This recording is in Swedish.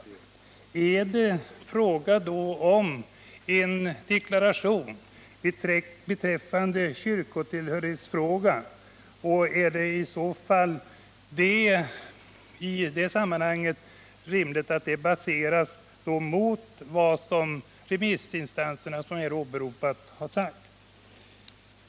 Gäller det en deklaration beträffande kyrkotillhörighetsfrågan och är det i så fall i det sammanhanget rimligt att en sådan deklaration baserar sig på uttalanden som går emot vad de remissinstanser som här åberopats har sagt?